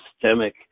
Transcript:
systemic